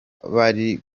bari